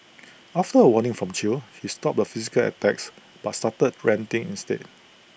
after A warning from chew he stopped the physical attacks but started ranting instead